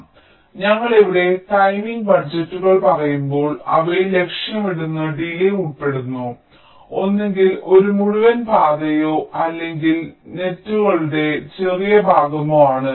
അതിനാൽ ഞങ്ങൾ ഇവിടെ ടൈമിംഗ് ബജറ്റുകൾ പറയുമ്പോൾ അവയിൽ ലക്ഷ്യമിടുന്ന ഡിലേയ് ഉൾപ്പെടുന്നു ഒന്നുകിൽ ഒരു മുഴുവൻ പാതയോ അല്ലെങ്കിൽ നെറ്സ്സുകളുടെ ചെറിയ ഭാഗമോ ആണ്